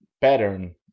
pattern